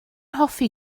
hoffi